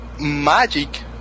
magic